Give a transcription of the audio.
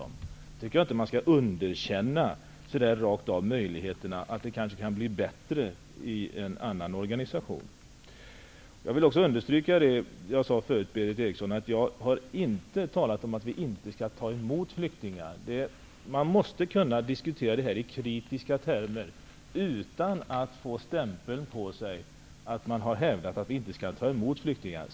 Då skall man inte rakt av underkänna möjligheterna att hemspråksundervisningen kanske kan bli bättre i en annan organisation. Jag understryker att jag inte har sagt att vi inte skall ta emot flyktingar. Men man måste kunna diskutera detta i kritiska termer utan att få stämpeln på sig att man hävdar att Sverige inte skall ta emot flyktingar.